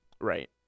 Right